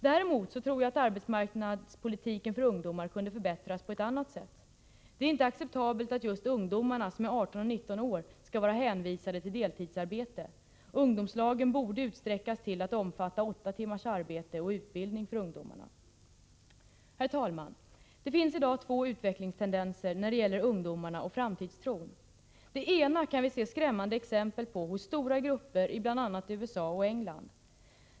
Däremot tror jag att arbetsmarknadspolitiken för ungdomar kunde förbättras på ett annat sätt. Det är inte acceptabelt att just ungdomarna som är 18 och 19 år skall vara hänvisade till deltidsarbete. Ungdomslagen borde utsträckas till att omfatta åtta timmars arbete och utbildning för ungdomarna. Herr talman! Det finns i dag två utvecklingstendenser när det gäller ungdomarna och framtidstron. Den ena kan vi se skrämmande exempel på hossstora grupper i bl.a. USA och England.